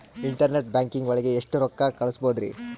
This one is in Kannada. ಇಂಟರ್ನೆಟ್ ಬ್ಯಾಂಕಿಂಗ್ ಒಳಗೆ ಎಷ್ಟ್ ರೊಕ್ಕ ಕಲ್ಸ್ಬೋದ್ ರಿ?